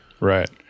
right